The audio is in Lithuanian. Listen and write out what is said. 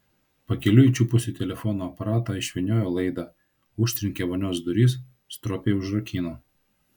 pakeliui čiupusi telefono aparatą išvyniojo laidą užtrenkė vonios duris stropiai užrakino